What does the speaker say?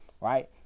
right